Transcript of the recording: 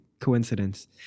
coincidence